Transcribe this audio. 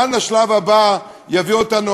לאן השלב הבא יביא אותנו,